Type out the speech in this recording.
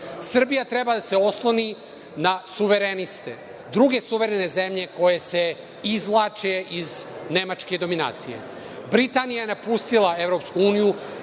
Evrope. Srbija treba da se osloni na suvereniste, druge suverene zemlje koje se izvlače iz nemačke dominacije. Britanija je napustila EU, za njom